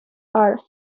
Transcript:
are